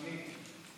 חוצפנית.